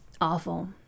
Awful